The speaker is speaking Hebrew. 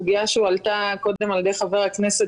מצב אחד אומרים שיש הצפה של הלוואות,